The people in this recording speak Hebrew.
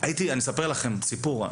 אני אספר לכם סיפור.